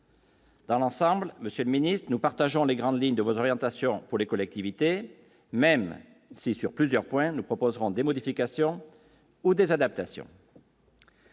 Dans l'ensemble, Monsieur le Ministre, nous partageons les grandes lignes de vos orientations pour les collectivités, même si sur plusieurs points, nous proposerons des modifications ou des adaptations.